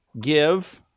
give